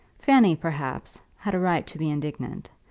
fanny, perhaps, had a right to be indignant,